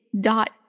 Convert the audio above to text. dot